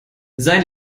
sein